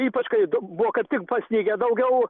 ypač kai buvo kaip tik pasnigę daugiau